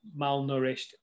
malnourished